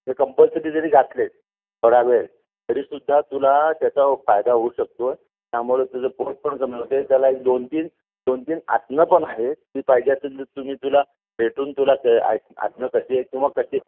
हे कंपल्सरी जरी घातलेत थोडा वेळ तरी सुद्धा तुला त्याचा फायदा होऊ शकतो आहे त्यामुळे तुझं पोट पण कमी होते त्याला एक दोन तीन दोन तीन आसनं पण आहे ती पाहिजे असेल तर तर मी तुला भेटून तुला ते आत् आसनं कशी आहेत किंवा कशी